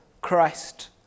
Christ